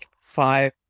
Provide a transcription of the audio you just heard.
five